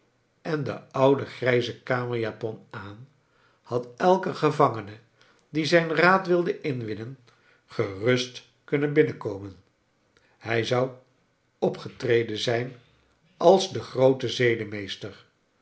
en de oude grijze karnerjapon aan had eike gevangene die zijn raad wilde inwinnen gerust kunnen binnenkomen hij zou opgetreden zijn als de groote